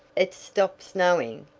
it's stopped snowing,